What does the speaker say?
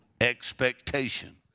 expectation